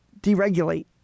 deregulate